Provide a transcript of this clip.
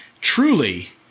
truly